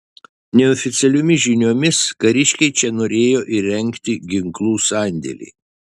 neoficialiomis žiniomis kariškiai čia norėjo įrengti ginklų sandėlį